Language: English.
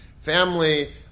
family